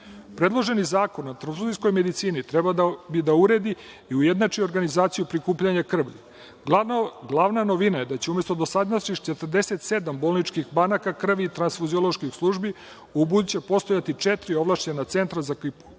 krvi. Predloženi zakon o tranfuzijskoj medicini treba da uredi i ujednači organizaciju prikupljanje krvi. Glavna novina je da će umesto dosadašnjih 47 bolničkih banaka krvi tranfuzioloških službi ubuduće postojati četiri ovlašćena centra za